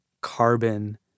carbon